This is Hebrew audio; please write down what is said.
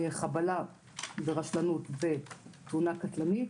חבלה ורשלנות בתאונה קטלנית